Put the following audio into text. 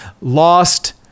lost